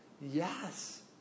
Yes